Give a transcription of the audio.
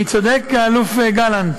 אני צודק, האלוף גלנט?